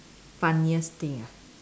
funniest thing ah